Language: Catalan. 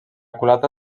culata